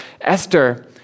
Esther